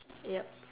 yup